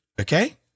Okay